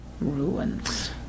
ruins